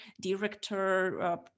director